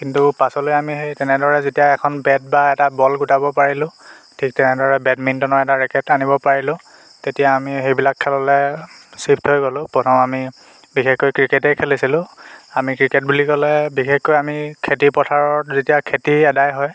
কিন্তু পাছলৈ আমি সেই তেনেদৰে যেতিয়া এখন বেট বা এটা বল গোটাব পাৰিলো ঠিক তেনেদৰে বেডমিণ্টন এটা ৰেকেট আনিব পাৰিলো তেতিয়া আমি সেইবিলাক খেললৈ চিফ্ট হৈ গ'লোঁ প্ৰথম আমি বিশেষকৈ ক্ৰিকেটেই খেলিছিলোঁ আমি ক্ৰিকেট বুলি ক'লে বিশেষকৈ আমি খেতিৰ পথাৰত যেতিয়া খেতি আদাই হয়